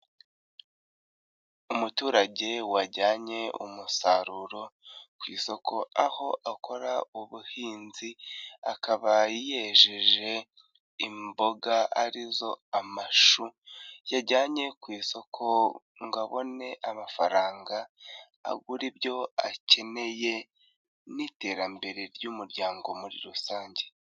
Umuturage wajyanye umusaruro ku isoko, aho akora ubuhinzi, akaba yejeje imboga ari zo amashu, yajyanye ku isoko ngo abone amafaranga, agure ibyo akeneye n'iterambere ry'umuryango muri rusange.